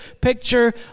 picture